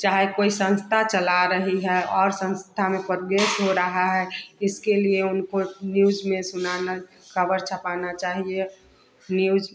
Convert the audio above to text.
चाहे कोई संस्था चला रही है और संस्था में प्रोग्रेस हो रहा है इसके लिए उनको न्यूज़ में सुनाना ख़बर छपाना चाहिए न्यूज़